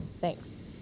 thanks